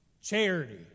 charity